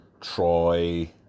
Troy